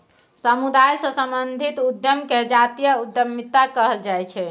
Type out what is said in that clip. समुदाय सँ संबंधित उद्यम केँ जातीय उद्यमिता कहल जाइ छै